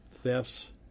thefts